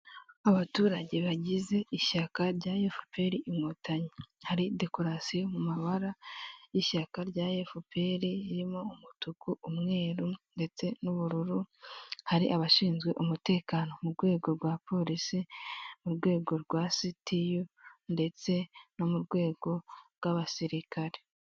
Abaturage bagize ishyaka rya efuperi inkotanyi, hari dekorasiyo mu mbara y'ishyaka rya efuperi ririmo umutuku, umweru ndetse n'ubururu, hari abashinzwe umutekano mu rwego rwa polisi, mu rwego rwa sitiyu ndetse no mu rwego rw'abasirikare.